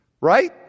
Right